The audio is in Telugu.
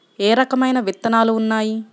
ఏ రకమైన విత్తనాలు ఉన్నాయి?